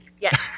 Yes